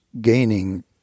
gaining